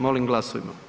Molim glasujmo.